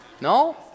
No